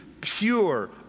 pure